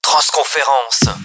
Transconférence